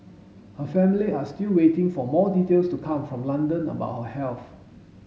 her family are still waiting for more details to come from London about her health